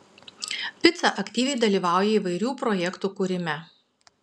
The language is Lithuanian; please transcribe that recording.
pica aktyviai dalyvauja įvairių projektų kūrime